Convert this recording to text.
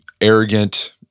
Arrogant